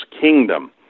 kingdom